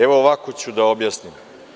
Evo ovako ću da objasnim.